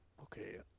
Okay